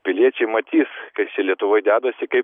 piliečiai matys kas čia lietuvoj dedasi kaip